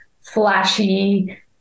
flashy